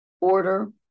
order